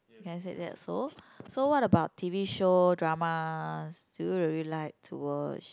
can said that so so what about T_V show dramas do you really like to watch